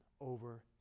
over